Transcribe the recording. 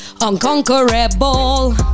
Unconquerable